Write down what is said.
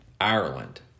Ireland